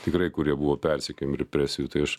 tikrai kurie buvo persekiojami represijų tai aš